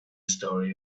story